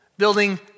Building